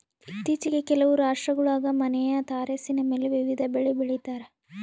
ಇತ್ತೀಚಿಗೆ ಕೆಲವು ರಾಷ್ಟ್ರಗುಳಾಗ ಮನೆಯ ತಾರಸಿಮೇಲೆ ವಿವಿಧ ಬೆಳೆ ಬೆಳಿತಾರ